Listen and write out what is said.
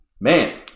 man